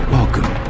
Welcome